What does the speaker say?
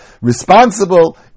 responsible